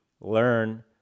learn